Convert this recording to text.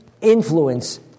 influence